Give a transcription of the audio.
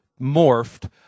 morphed